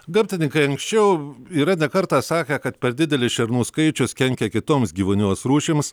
gamtininkai anksčiau yra ne kartą sakę kad per didelis šernų skaičius kenkia kitoms gyvūnijos rūšims